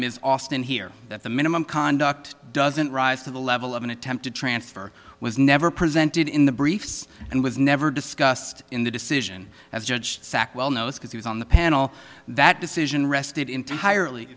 ms austin here that the minimum conduct doesn't rise to the level of an attempt to transfer was never presented in the briefs and was never discussed in the decision as judge sack well knows because he was on the panel that decision rested entirely